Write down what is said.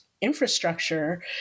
infrastructure